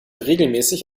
regelmäßig